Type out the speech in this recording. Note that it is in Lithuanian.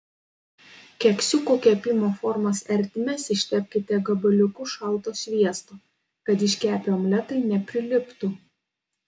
keksiukų kepimo formos ertmes ištepkite gabaliuku šalto sviesto kad iškepę omletai nepriliptų